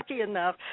enough